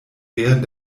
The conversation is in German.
während